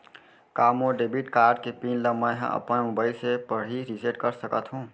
का मोर debit card के पिन ल मैं ह अपन मोबाइल से पड़ही रिसेट कर सकत हो?